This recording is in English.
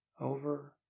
over